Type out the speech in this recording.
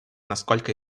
насколько